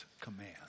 command